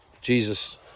Jesus